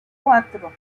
cuatro